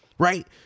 right